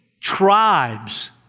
tribes